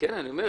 אני חושב